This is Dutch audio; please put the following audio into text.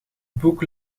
boek